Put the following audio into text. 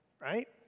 right